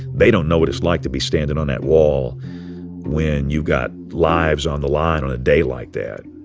they don't know what it's like to be standing on that wall when you've got lives on the line on a day like that.